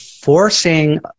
Forcing